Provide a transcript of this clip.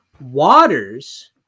waters